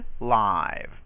live